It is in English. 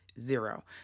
Zero